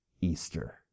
Easter